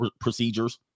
procedures